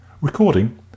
Recording